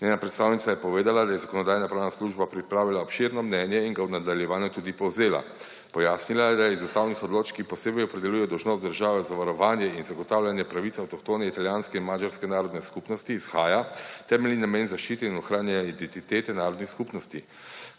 Njena predstavnica je povedala, da je Zakonodajno-pravna služba pripravila obširno mnenje in ga v nadaljevanju tudi povzela. Pojasnila je, da iz ustavnih odločb, ki posebej opredeljujejo dolžnost države za varovanje in zagotavljanje pravic avtohtone italijanske in madžarske narodne skupnosti, izhaja temeljni namen zaščite in ohranjanja identitete narodnih skupnosti.